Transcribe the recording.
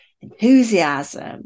enthusiasm